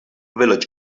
village